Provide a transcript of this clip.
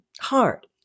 hard